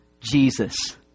Jesus